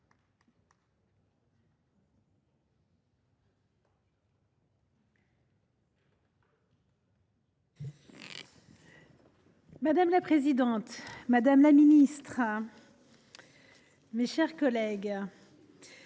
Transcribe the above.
Madame la présidente, madame la ministre, mes chers collègues,